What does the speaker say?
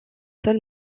seul